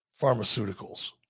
pharmaceuticals